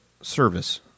service